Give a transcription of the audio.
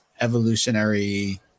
evolutionary